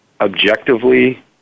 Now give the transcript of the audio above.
objectively